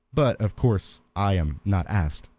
but of course i am not asked.